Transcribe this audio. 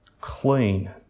clean